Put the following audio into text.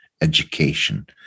education